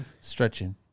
Stretching